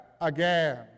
again